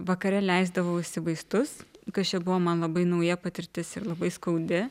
vakare leisdavausi vaistus kas čia buvo man labai nauja patirtis ir labai skaudi